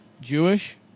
Jewish